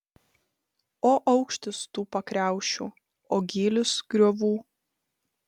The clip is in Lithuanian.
o aukštis tų pakriaušių o gylis griovų